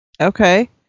Okay